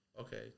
okay